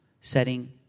setting